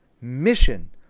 mission